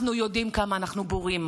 אנחנו יודעים כמה אנחנו בורים.